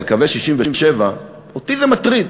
על קווי 67' אותי זה מטריד.